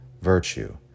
Virtue